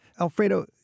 Alfredo